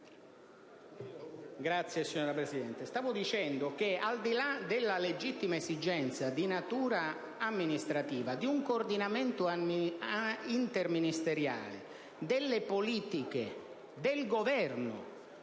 Stavo dicendo che, al di là della legittima esigenza di natura amministrativa di un coordinamento interministeriale delle politiche del Governo